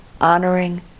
honoring